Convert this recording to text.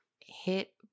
hit